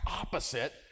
opposite